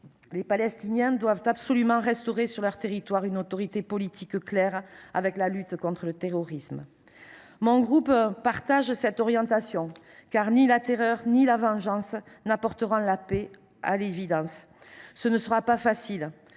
les Palestiniens doivent absolument restaurer sur leur territoire une autorité politique engagée clairement dans la lutte contre le terrorisme. Mon groupe partage cette orientation, car, à l’évidence, ni la terreur ni la vengeance n’apporteront la paix. Cela ne sera pas facile.